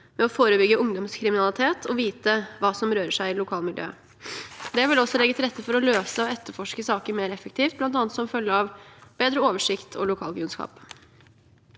landet, forebygge ungdomskriminalitet og vite hva som rører seg i lokalmiljøet. Det vil også legge til rette for å løse og etterforske saker mer effektivt, bl.a. som følge av bedre oversikt og lokalkunnskap.